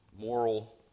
moral